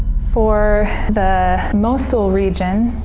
for the mosul region,